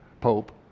pope